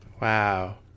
Wow